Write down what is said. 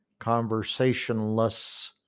conversationless